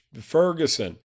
Ferguson